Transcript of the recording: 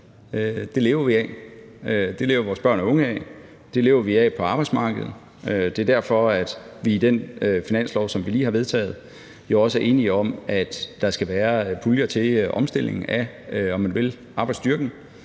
Det lever vi af, det lever vores børn og unge af, og det lever vi af på arbejdsmarkedet. Det er derfor, vi i den finanslov, som vi lige har vedtaget, også er enige om, at der skal være puljer til omstilling af, om man vil, arbejdsstyrken,